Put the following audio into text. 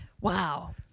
Wow